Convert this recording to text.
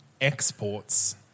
exports